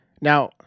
Now